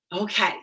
okay